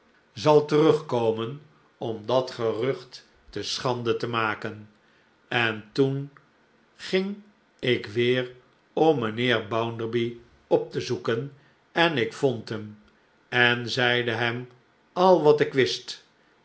zal terugkomen om dat gerucht te schande te maken en toen ging ik weer om mijnheer bounderby op te zoeken en ik vond hem en zeide hem al wat ik wist